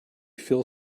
feel